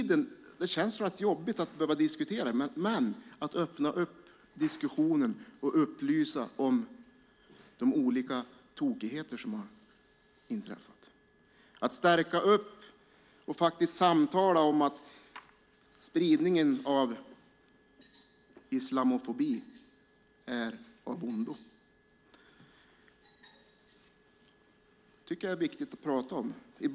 Det känns jobbigt att behöva diskutera detta, men det handlar om att diskutera och upplysa om tokigheter som har inträffat. Det handlar om att samtala om att spridningen av islamofobi är av ondo. Jag tycker att det är viktigt att prata om det.